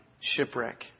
shipwreck